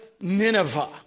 Nineveh